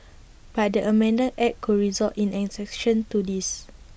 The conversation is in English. but the amended act could result in an exception to this